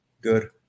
Good